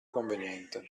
conveniente